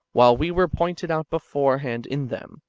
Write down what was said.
while we were pointed out beforehand in them,